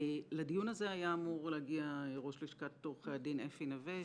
לדיון הזה היה אמור להגיע ראש לשכת עורכי הדין אפי נווה,